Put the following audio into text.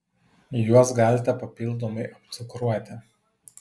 juos galite papildomai apcukruoti